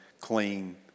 clean